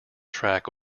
track